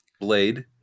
blade